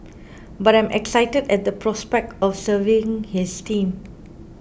but I'm excited at the prospect of serving this team